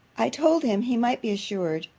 i told him, he might be assured,